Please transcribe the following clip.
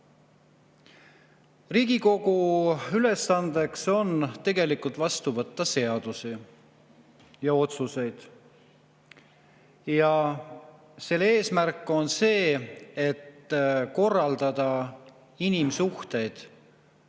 Riigikogu ülesanne on vastu võtta seadusi ja otsuseid. Selle eesmärk on see, et korraldada inimsuhteid